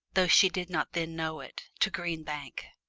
though she did not then know it, to green bank.